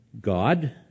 God